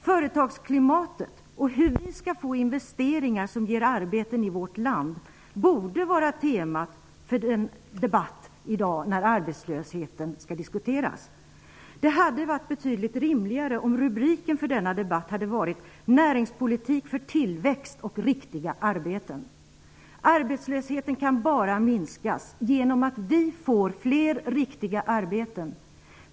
Företagsklimatet och hur vi skall få investeringar som ger arbeten i vårt land borde vara temat för debatten i dag när arbetslösheten skall diskuteras. Det hade varit betydligt rimligare om rubriken för denna debatt hade varit Näringspolitik för tillväxt och riktiga arbeten. Arbetslösheten kan bara minskas genom att vi får fler riktiga arbeten.